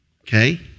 okay